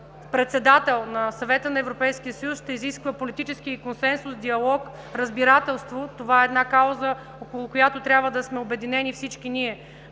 председател на Съвета на Европейския съюз, ще изисква политически консенсус и диалог, разбирателство. Това е кауза, около която трябва да сме обединени всички ние,